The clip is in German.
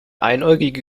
einäugige